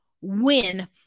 win